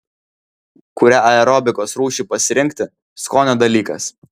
kurią aerobikos rūšį pasirinkti skonio dalykas